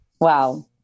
Wow